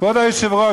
כבוד היושב-ראש,